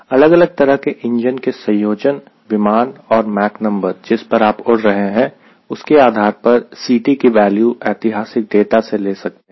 अलग अलग तरह के इंजन संयोजन विमान और माक नंबर जिस पर आप उड़ रहे हैं उसके आधार पर आप Ct की वैल्यू ऐतिहासिक डेटा से ले सकते हैं